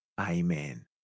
Amen